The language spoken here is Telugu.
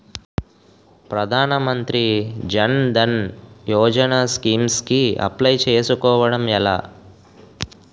ప్రధాన మంత్రి జన్ ధన్ యోజన స్కీమ్స్ కి అప్లయ్ చేసుకోవడం ఎలా?